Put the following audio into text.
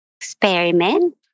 experiment